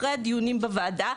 אחרי הדיונים בוועדה,